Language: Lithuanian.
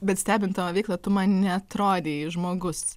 bet stebint tavo veiklą tu man neatrodei žmogus